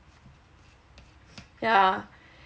yeah